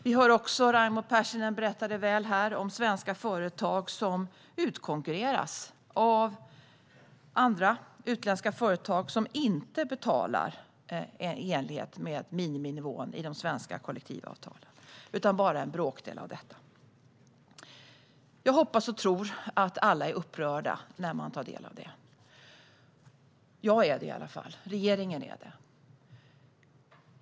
Vi hörde också Raimo Pärssinen berätta om svenska företag som utkonkurreras av utländska företag som inte betalar löner i enlighet med miniminivån i de svenska kollektivavtalen utan bara en bråkdel. Jag hoppas och tror att alla blir upprörda när de tar del av det. Jag och regeringen blir det i alla fall.